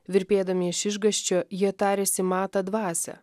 virpėdami iš išgąsčio jie tarėsi matą dvasią